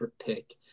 pick